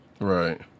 Right